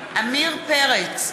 עמיר פרץ,